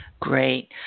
Great